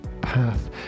path